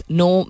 no